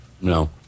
No